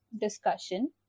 discussion